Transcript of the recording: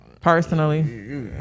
Personally